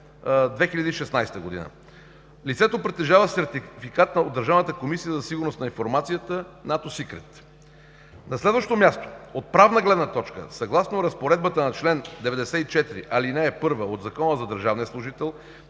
2016 г. Лицето притежава сертификат от Държавната комисия за сигурност на информацията „НАТО-сикрет“. На следващо място, от правна гледна точка, съгласно разпоредбата на чл. 94, ал. 1 от Закона за държавния служител